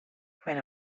when